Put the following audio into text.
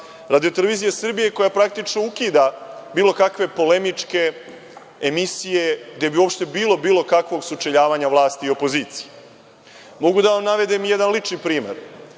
Radio-televizija Srbije koja praktično ukida bilo kakve polemičke emisije, gde bi uopšte bilo bilo kakvog sučeljavanja vlasti i opozicije. Mogu da vam navedem jedan lični primer.